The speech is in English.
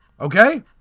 okay